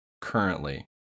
currently